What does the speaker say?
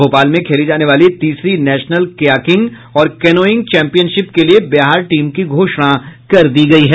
भोपाल में खेली जाने वाली तीसरी नेशनल कयाकिंग और केनोईग चैपियनशिप के लिये बिहार टीम की घोषणा कर दी गयी है